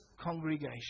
congregation